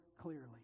clearly